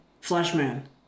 Flashman